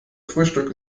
frühstück